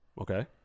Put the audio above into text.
Okay